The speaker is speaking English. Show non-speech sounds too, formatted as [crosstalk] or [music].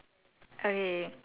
okay [laughs]